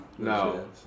no